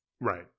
Right